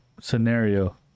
scenario